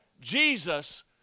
Jesus